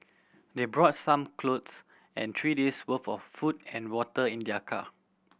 they brought some clothes and three days' worth of food and water in their car